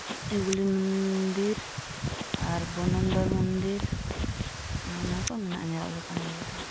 ᱮᱜᱩᱞᱤ ᱢᱚᱱᱫᱤᱨ ᱟᱨ ᱵᱚᱱᱚᱱᱫᱚᱨ ᱢᱚᱱᱫᱤᱨ ᱟᱨ ᱚᱱᱟ ᱠᱚ ᱢᱮᱱᱟᱜᱼᱟ ᱧᱮᱞ ᱞᱮᱠᱟᱱ ᱠᱚ ᱡᱟᱭᱜᱟ